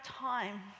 time